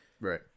right